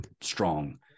strong